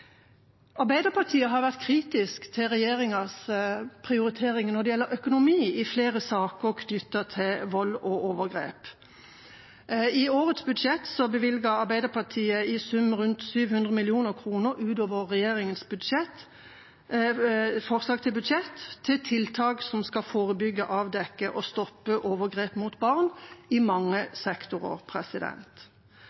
Arbeiderpartiet har vært kritisk til regjeringas prioritering når det gjelder økonomi i flere saker knyttet til vold og overgrep. I årets budsjett bevilget Arbeiderpartiet i sum rundt 700 mill. kr utover regjeringas forslag til budsjett til tiltak som skal forebygge, avdekke og stoppe overgrep mot barn i mange